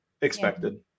expected